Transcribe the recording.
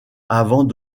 avant